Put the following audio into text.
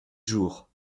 jours